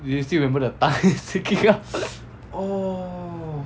you still remember the thigh sticking out